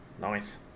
Nice